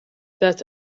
that